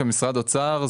כמשרד האוצר,